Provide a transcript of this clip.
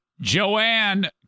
Joanne